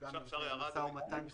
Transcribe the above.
הודעה הנוגעת לאותה דרישה לתגמולים וכן